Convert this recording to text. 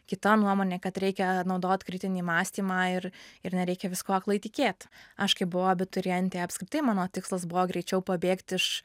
kita nuomonė kad reikia naudot kritinį mąstymą ir ir nereikia viskuo aklai tikėt aš kai buvau abiturientė apskritai mano tikslas buvo greičiau pabėgt iš